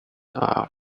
are